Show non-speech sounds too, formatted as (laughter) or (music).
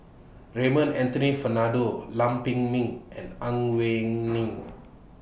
Raymond Anthony Fernando Lam Pin Min and Ang Wei (noise) Neng